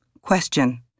Question